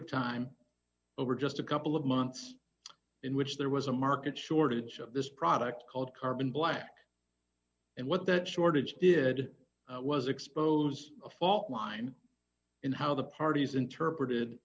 of time over just a couple of months in which there was a market shortage of this product called carbon black and what that shortage did was expose a fault line in how the parties interpreted